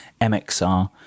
MXR